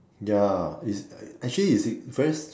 ya is actually is in very